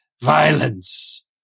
violence